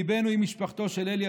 ליבנו עם משפחתו של אלי,